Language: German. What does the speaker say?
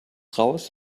raus